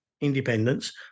independence